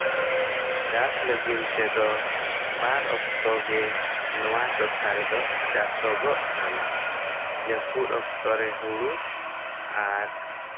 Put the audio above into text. ᱪᱟᱥ ᱞᱟᱹᱜᱤᱫ ᱛᱮᱫᱚ ᱵᱟᱨ ᱚᱠᱛᱚᱜᱮ ᱱᱚᱣᱟ ᱴᱚᱴᱷᱟ ᱨᱮᱫᱚ ᱪᱟᱥᱚᱜᱚᱜ ᱠᱟᱱᱟ ᱡᱟᱹᱯᱩᱫ ᱚᱠᱛᱚ ᱨᱮ ᱦᱩᱲᱩ ᱟᱨ